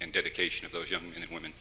and dedication of those young men